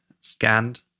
scanned